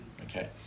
Okay